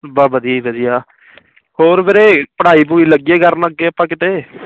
ਬਸ ਵਧੀਆ ਜੀ ਵਧੀਆ ਹੋਰ ਵੀਰੇ ਪੜ੍ਹਾਈ ਪੜੂਈ ਲੱਗੀਏ ਕਰਨ ਅੱਗੇ ਆਪਾਂ ਕਿਤੇ